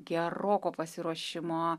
geroko pasiruošimo